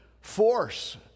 force